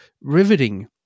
riveting